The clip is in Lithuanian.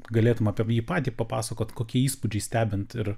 galėtum apie jį patį papasakot kokie įspūdžiai stebint ir